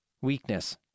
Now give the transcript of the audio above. weakness